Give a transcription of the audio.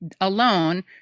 alone